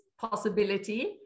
possibility